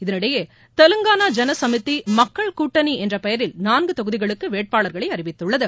இதனிடையே தெலங்கானா ஜன சமதி மக்கள் கூட்டணி என்ற பெயரில் நான்கு தொகுதிகளுக்கு வேட்பாளர்களை அறிவித்துள்ளது